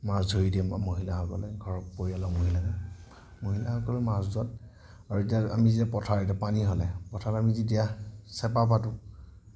মাছ ধৰি দিয়ে মহিলাসকলে ঘৰৰ পৰিয়ালৰ মহিলা মহিলাসকলে মাছ ধৰাত আৰু এতিয়া আমি যে পথাৰত এতিয়া পানী হ'লে পথাৰত আমি যেতিয়া চেপা পাতোঁ